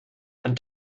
and